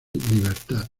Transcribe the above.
libertad